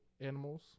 animals